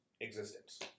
existence